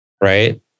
right